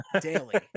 daily